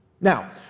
Now